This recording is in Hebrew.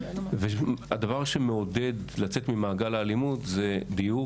והדבר שמעודד לצאת ממעגל האלימות זה דיור,